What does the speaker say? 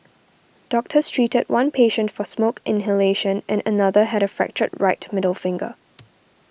doctors treated one patient for smoke inhalation and another had a fractured right middle finger